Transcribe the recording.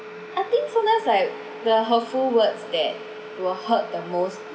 I think sometimes like the hurtful words that will hurt the most